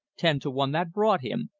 ten to one that brought him,